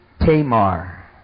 Tamar